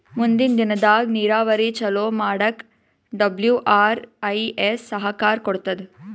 ಮುಂದಿನ್ ದಿನದಾಗ್ ನೀರಾವರಿ ಚೊಲೋ ಮಾಡಕ್ ಡಬ್ಲ್ಯೂ.ಆರ್.ಐ.ಎಸ್ ಸಹಕಾರ್ ಕೊಡ್ತದ್